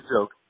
joke